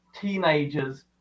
teenagers